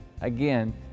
Again